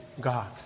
God